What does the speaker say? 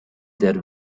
their